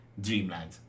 Dreamland